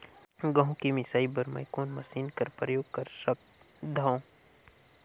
गहूं के मिसाई बर मै कोन मशीन कर प्रयोग कर सकधव?